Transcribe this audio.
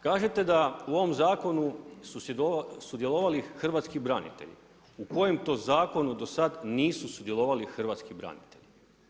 Kažete da u ovom zakonu su sudjelovali hrvatski branitelji, u kojem to zakonu do sada nisu sudjelovali hrvatski branitelji?